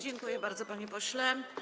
Dziękuję bardzo, panie pośle.